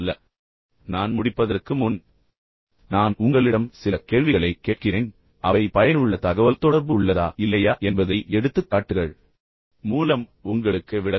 இப்போது நான் முடிப்பதற்கு முன் நான் உங்களிடம் சில கேள்விகளைக் கேட்கிறேன் அவை பயனுள்ள தகவல்தொடர்பு உள்ளதா இல்லையா என்பதை எடுத்துக்காட்டுகள் மூலம் உங்களுக்கு விளக்கும்